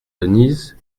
denise